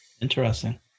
Interesting